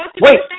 wait